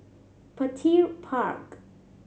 Petir Park